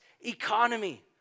economy